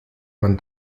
man